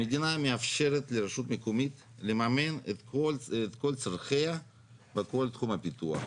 המדינה מאפשרת לרשות מקומית לממן את כל צרכיה בכל תחום הפיתוח.